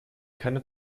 keine